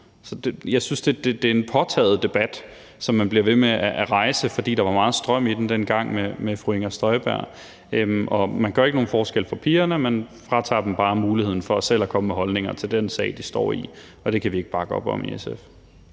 så jeg synes, at det er en påtaget debat, som man bliver ved med at rejse, fordi der var meget strøm i den dengang med fru Inger Støjberg. Man gør ikke nogen forskel for pigerne; man fratager dem bare muligheden for selv at komme med holdninger til den sag, de står i. Og det kan vi ikke bakke op om i SF.